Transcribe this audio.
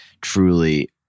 truly